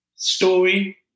Story